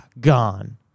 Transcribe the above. Gone